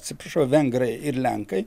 atsiprašau vengrai ir lenkai